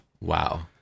Wow